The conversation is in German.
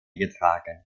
getragen